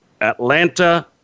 Atlanta